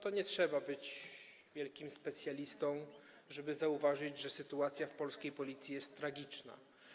To nie trzeba być wielkim specjalistą, żeby zauważyć, że sytuacja w polskiej Policji jest tragiczna.